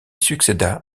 succéda